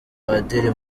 padiri